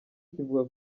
kivuga